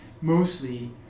Mostly